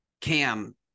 Cam